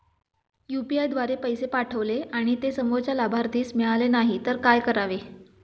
UPI द्वारे पैसे पाठवले आणि ते समोरच्या लाभार्थीस मिळाले नाही तर काय करावे?